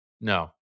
No